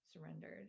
surrendered